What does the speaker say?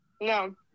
No